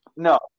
No